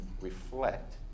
reflect